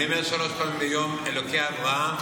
אני אומר שלוש פעמים ביום: "אלוקי אברהם,